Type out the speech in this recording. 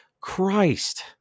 Christ